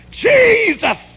Jesus